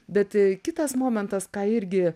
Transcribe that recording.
bet kitas momentas ką irgi